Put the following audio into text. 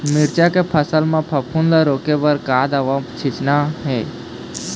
मिरचा के फसल म फफूंद ला रोके बर का दवा सींचना ये?